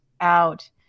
out